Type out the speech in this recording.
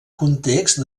context